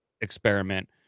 experiment